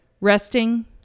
Resting